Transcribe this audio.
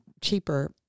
cheaper